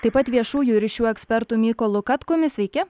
taip pat viešųjų ryšių ekspertu mykolu katkumi sveiki